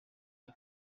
rya